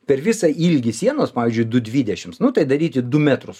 per visą ilgį sienos pavyzdžiui du dvidešimts nu tai daryti du metrus